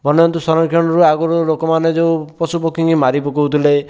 ବନ୍ୟଜନ୍ତୁ ସଂରକ୍ଷଣରୁ ଆଗରୁ ଲୋକମାନେ ଯେଉଁ ପଶୁପକ୍ଷୀଙ୍କି ମାରି ପକାଉଥିଲେ